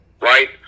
right